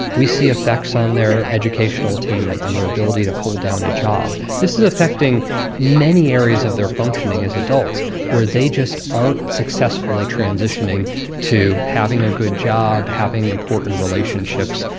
we see effects on their educational attainment, on their ability to hold down a job. this is affecting many areas of their functioning as adults where they just aren't successfully transitioning to having a good job, having important relationships,